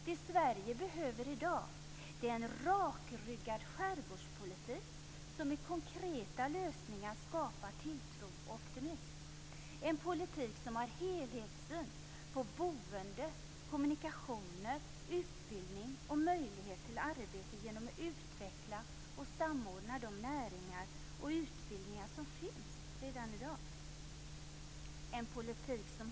Det som Sverige behöver i dag är en rakryggad skärgårdspolitik, som genom konkreta lösningar skapar tilltro och optimism, en politik som har en helhetssyn på boende, kommunikationer, utbildning och möjligheter till arbete genom utveckling och samordning av de näringar och utbildningar som finns redan i dag.